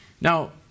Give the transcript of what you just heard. Now